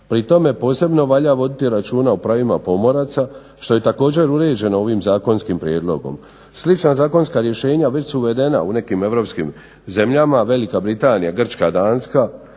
Pri tome posebno valja voditi računa o pravima pomoraca što je također uređeno ovim zakonskim prijedlogom. Slična zakonska rješenja već su uvedena u nekim europskim zemljama, Velika Britanija, Grčka, Danska